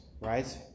right